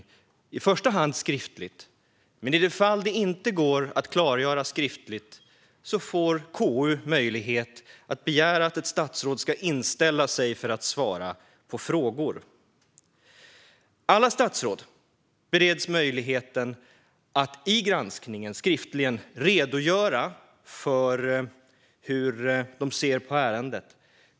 Detta sker i första hand skriftligt, men i de fall då det inte går att klargöra det hela skriftligt får KU möjlighet att begära att ett statsråd ska inställa sig för att svara på frågor. Alla statsråd bereds möjligheten att i granskningen skriftligen redogöra för hur de ser på ärendet.